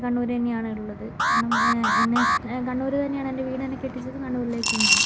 കണ്ണൂർ തന്നെയാണ് ഉള്ളത് നമ്മ എന്നെ കണ്ണൂർ തന്നെയാണ് എൻ്റെ വീട് എന്നെ കെട്ടിച്ചതും കണ്ണൂരിലേക്ക് തന്നെയാണ്